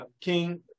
King